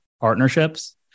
partnerships